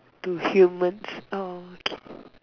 to humans orh okay